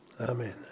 Amen